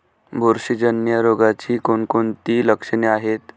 बुरशीजन्य रोगाची कोणकोणती लक्षणे आहेत?